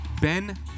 Ben